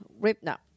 Ribna